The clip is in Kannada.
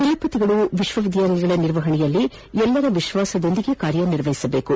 ಕುಲಪತಿಗಳು ವಿಶ್ವವಿದ್ಯಾಲಯಗಳ ನಿರ್ವಹಣೆಯಲ್ಲಿ ಎಲ್ಲರ ವಿಶ್ವಾಸಗಳಿಸಿ ಕಾರ್ಯನಿರ್ವಹಿಸಬೇಕು